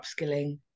upskilling